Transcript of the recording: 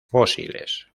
fósiles